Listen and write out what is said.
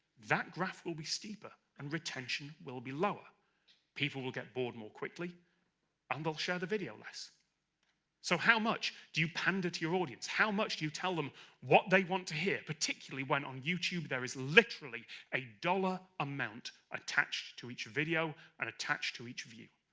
that graph will be steeper, and retention will be lower people will get bored more quickly and they'll share the video less so, how much do you pander to your audience? how much do you tell them what they want to hear, particularly when on youtube, there is literally a dollar amount attached to each video, and attached to each view.